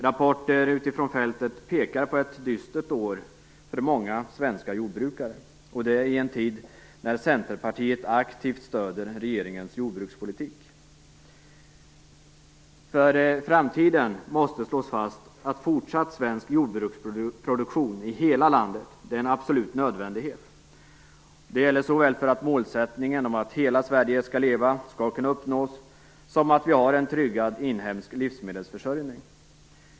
Rapporter utifrån fältet pekar på ett dystert år för många svenska jordbrukare, och det i en tid när Centerpartiet aktivt stöder regeringens jordbrukspolitik. För framtiden måste det slås fast att fortsatt svensk jordbruksproduktion i hela landet är en absolut nödvändighet. Det gäller såväl för att vi skall kunna uppnå målsättningen att hela Sverige skall leva som för att vi skall ha en tryggad inhemsk livsmedelsförsörjning.